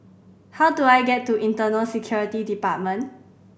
how do I get to Internal Security Department